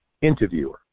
interviewer